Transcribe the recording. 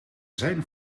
zijn